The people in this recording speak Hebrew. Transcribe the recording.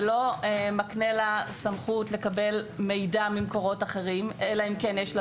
זה לא מקנה לה סמכות לקבל מידע ממקורות אחרים אלא אם כן יש לה